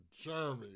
Jeremy